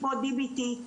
כמו DBT,